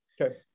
Okay